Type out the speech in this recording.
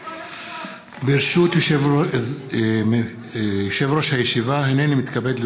ברשות יושב-ראש הישיבה, הינני מתכבד להודיעכם,